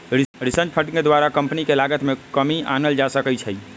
research fund के द्वारा company के लागत में कमी आनल जा सकइ छै